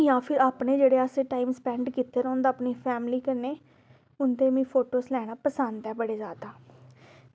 जां फिर असें जेह्ड़ा टाईम स्पैंड कीते दा होंदा अपनी फैमिली कन्नै उं'दे मिगी फोटोज़ लैना पसंद ऐ बड़े जादा